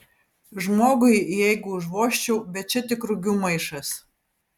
žmogui jeigu užvožčiau bet čia tik rugių maišas